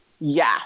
Yes